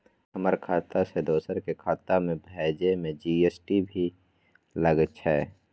हमर खाता से दोसर के खाता में भेजै में जी.एस.टी भी लगैछे?